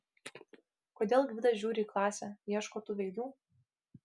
kodėl gvidas žiūri į klasę ieško tų veidų